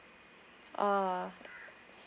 ah